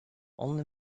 only